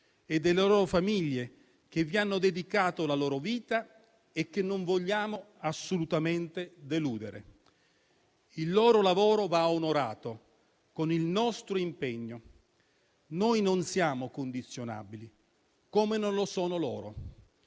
e delle loro famiglie che vi hanno dedicato la loro vita e che non vogliamo assolutamente deludere. Il loro lavoro va onorato con il nostro impegno. Noi non siamo condizionabili, come non lo sono loro,